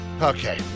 Okay